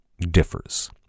differs